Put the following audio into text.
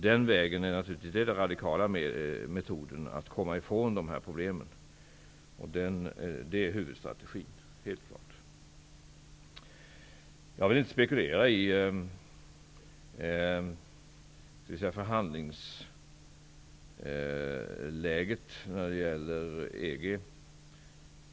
Det är den radikala metoden att komma ifrån de här problemen. Det är huvudstrategin, helt klart. Jag vill inte spekulera i förhandlingsläget när det gäller EG.